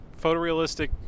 photorealistic